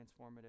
transformative